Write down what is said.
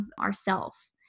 ourself